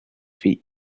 faits